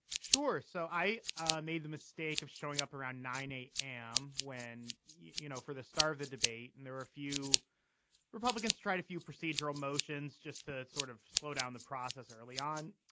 sure so i ah made the mistake of showing up around nine eight am when, you know, for the start of the debate and there are a few republicans tried a few procedural motions just to sort of slow down the process early on.